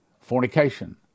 fornication